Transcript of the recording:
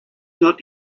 not